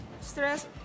stress